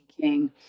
King